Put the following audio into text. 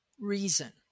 reason